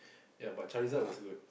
ya but Charizard was good